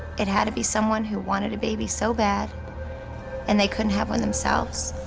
it had to be someone who wanted a baby so bad and they couldn't have one themselves.